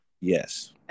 Yes